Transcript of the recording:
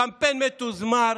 קמפיין מתוזמר